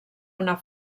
una